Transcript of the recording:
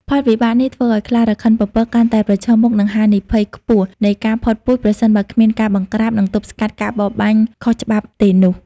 ផលវិបាកនេះធ្វើឲ្យខ្លារខិនពពកកាន់តែប្រឈមមុខនឹងហានិភ័យខ្ពស់នៃការផុតពូជ ប្រសិនបើគ្មានការបង្ក្រាប និងទប់ស្កាត់ការបរបាញ់ខុសច្បាប់ទេនោះ។